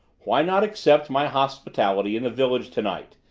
why not accept my hospitality in the village to-night?